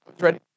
ready